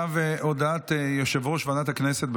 השרה ל-public, עכשיו הודעת יושב-ראש ועדת הכנסת.